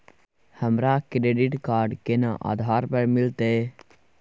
हमरा credit card केना आधार पर मिलते?